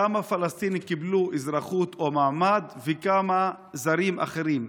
כמה פלסטינים קיבלו אזרחות או מעמד וכמה זרים אחרים,